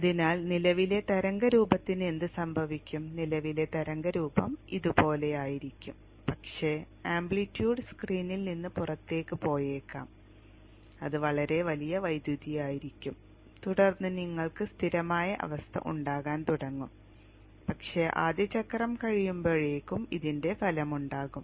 അതിനാൽ നിലവിലെ തരംഗ രൂപത്തിന് എന്ത് സംഭവിക്കും നിലവിലെ തരംഗ രൂപം ഇതുപോലെയായിരിക്കാം പക്ഷേ ആംപ്ലിറ്റ്യൂഡ് സ്ക്രീനിൽ നിന്ന് പുറത്തേക്ക് പോയേക്കാം അത് വളരെ വലിയ വൈദ്യുതിയായിരിക്കും തുടർന്ന് നിങ്ങൾക്ക് സ്ഥിരമായ അവസ്ഥ ഉണ്ടാകാൻ തുടങ്ങും പക്ഷേ ആദ്യ ചക്രം കഴിയുമ്പോഴേക്കും ഇതിൻറെ ഫലമുണ്ടാകും